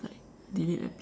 delayed a bit